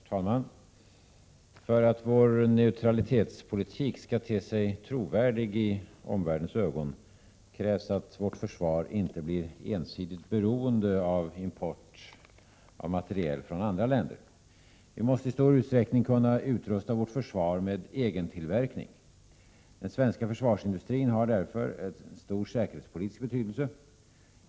Herr talman! För att vår neutralitetspolitik skall te sig trovärdig i omvärldens ögon krävs att vårt försvar inte blir ensidigt beroende av import av materiel från andra länder. Vi måste i stor utsträckning kunna utrusta vårt försvar med egentillverkning. Den svenska försvarsindustrin har därför en stor säkerhetspolitisk betydelse.